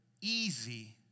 easy